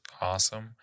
awesome